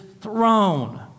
throne